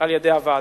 על-ידי הוועדה.